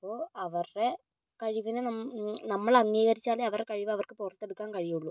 അപ്പോ അവരുടെ കഴിവിനെ നമ്മൾ അംഗീകരിച്ചാലേ അവരെ കഴിവ് അവർക്ക് പുറത്തെടുക്കാൻ കഴിയുകയുള്ളൂ